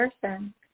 person